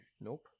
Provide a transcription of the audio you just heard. Nope